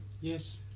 Yes